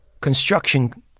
construction